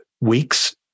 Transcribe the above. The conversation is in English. weeks